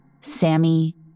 Sammy